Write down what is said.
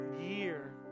year